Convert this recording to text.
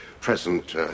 present